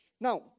Now